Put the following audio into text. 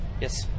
Yes